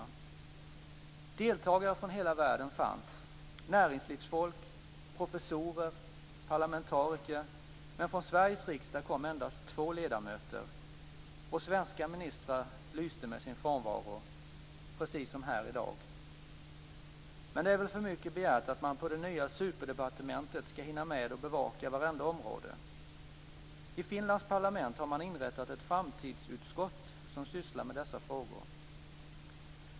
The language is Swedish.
Det fanns deltagare från hela världen; det var näringslivsfolk, professorer, parlamentariker - men från Sveriges riksdag kom endast två ledamöter, och svenska ministrar lyste med sin frånvaro, precis som här i dag. Men det är väl för mycket begärt att man på det nya superdepartementet skall hinna med att bevaka vartenda område. I Finlands parlament har man inrättat ett framtidsutskott som sysslar med dessa frågor.